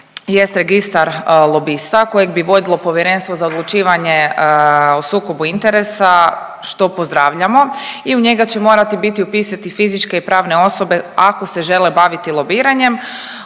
jest registar lobista kojeg bi vodilo Povjerenstvo za odlučivanje o sukobu interesa, što pozdravljamo i u njega će morati biti upisati fizičke i pravne osobe ako se žele baviti lobiranjem.